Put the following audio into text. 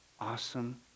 awesome